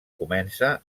comença